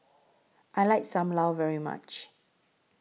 I like SAM Lau very much